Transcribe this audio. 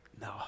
No